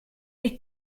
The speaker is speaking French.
les